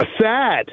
Sad